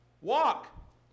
walk